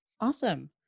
Awesome